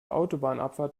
autobahnabfahrt